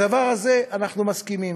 בדבר הזה אנחנו מסכימים.